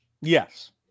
Yes